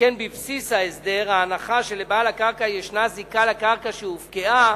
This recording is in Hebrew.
שכן בבסיס ההסדר ההנחה שלבעל הקרקע ישנה זיקה לקרקע שהופקעה,